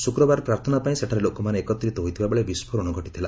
ଶୁକ୍ରବାର ପ୍ରାର୍ଥନାପାଇଁ ସେଠାରେ ଲୋକମାନେ ଏକତ୍ରୀତ ହୋଇଥିବାବେଳେ ବିସ୍ଫୋରଣ ଘଟିଥିଲା